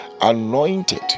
anointed